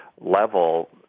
level